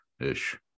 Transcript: ish